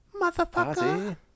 Motherfucker